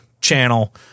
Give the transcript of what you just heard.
channel